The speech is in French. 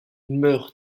meurt